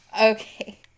Okay